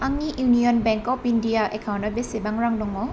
आंनि Union Bank of India एकाउन्टाव बेसेबां रां दङ